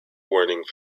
warning